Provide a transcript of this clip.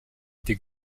été